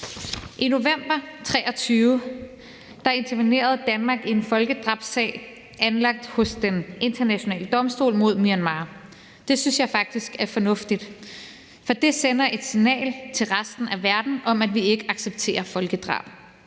I november 2023 intervenerede Danmark i en folkedrabssag anlagt hos Den Internationale Domstol mod Myanmar. Det synes jeg faktisk var fornuftigt, for det sender et signal til resten af verden om, at vi ikke accepterer folkedrab,